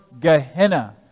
Gehenna